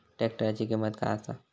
ट्रॅक्टराची किंमत काय आसा?